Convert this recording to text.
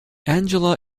angela